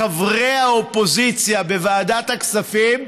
חברי האופוזיציה בוועדת הכספים,